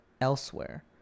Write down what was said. elsewhere